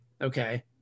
okay